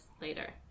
later